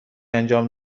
انجام